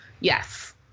Yes